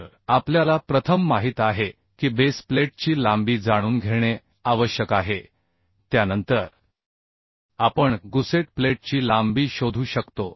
तर आपल्याला प्रथम माहित आहे की बेस प्लेटची लांबी जाणून घेणे आवश्यक आहे त्यानंतर आपण गुसेट प्लेटची लांबी शोधू शकतो